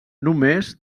només